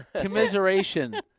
Commiseration